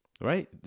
Right